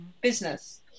business